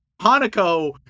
Hanako